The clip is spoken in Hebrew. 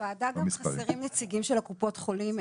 בוועדה חסרים נציגים של קופות החולים,